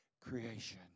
creation